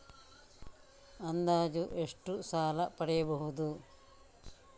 ಅಂದಾಜು ಎಷ್ಟು ಸಾಲ ಪಡೆಯಬಹುದು?